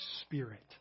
spirit